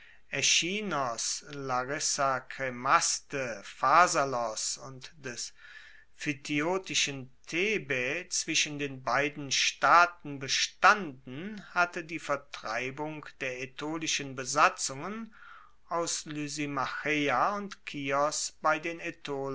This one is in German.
larissa kremaste pharsalos und des phthiotischen thebae zwischen den beiden staaten bestanden hatte die vertreibung der aetolischen besatzungen aus lysimacheia und kios bei den